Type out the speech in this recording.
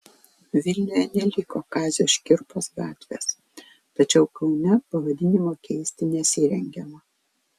vilniuje neliko kazio škirpos gatvės tačiau kaune pavadinimo keisti nesirengiama